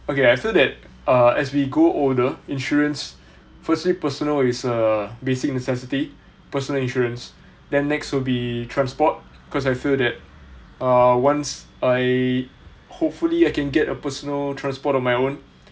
okay I feel that uh as we grow older insurance firstly personal is a basic necessity personal insurance then next will be transport because I feel that uh once I hopefully I can get a personal transport of my own